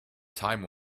time